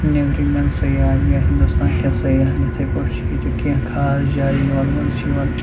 نٮ۪بِرمٮ۪ن سیاحَن یا ہِندوستانکٮ۪ن سیاحَن یِتھَے پٲٹھۍ چھِ ییٚتہِ کینٛہہ خاص جایہِ یِمَن منٛز چھِ یِوان